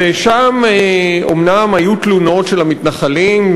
ושם אומנם היו תלונות של המתנחלים,